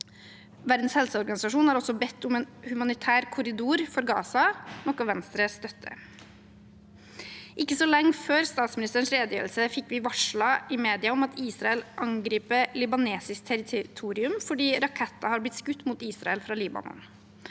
Verdens helseorganisasjon har også bedt om en humanitær korridor for Gaza, noe Venstre støtter. Ikke så lenge før statsministerens redegjørelse fikk vi varsler i media om at Israel angriper libanesisk territorium fordi raketter har blitt skutt mot Israel fra Libanon.